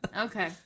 Okay